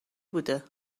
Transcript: بوده